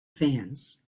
fans